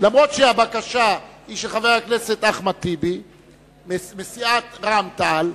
אומנם הבקשה היא של חבר הכנסת אחמד טיבי מסיעת רע"ם-תע"ל,